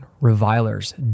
revilers